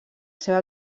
seva